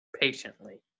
patiently